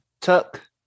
Tuck